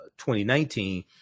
2019